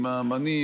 עם האומנים.